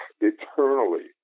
eternally